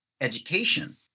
education